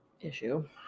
issue